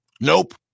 nope